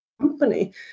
company